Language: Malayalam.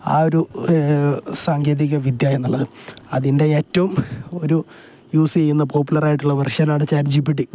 ആ ഒരു സാങ്കേതിക വിദ്യ എന്നുള്ളത് അതിൻ്റെ ഏറ്റവും ഒരു യൂസ് ചെയ്യുന്ന പോപ്പുലർ ആയിട്ടുള്ള വേർഷനാണ് ചാറ്റ് ജി പി ടി